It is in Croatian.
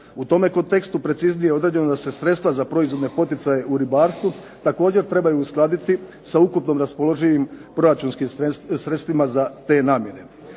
U tom kontekstu preciznije je određeno da se sredstva za proizvodne poticaje u ribarstvu također trebaju uskladiti sa ukupno raspoloživim proračunskim sredstvima za te namijene.